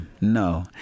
No